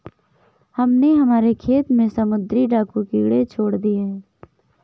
हमने हमारे खेत में समुद्री डाकू कीड़े छोड़ दिए हैं